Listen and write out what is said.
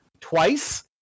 twice